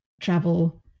travel